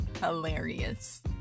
hilarious